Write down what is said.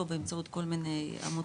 או באמצעות כל מיני עמותות,